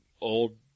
old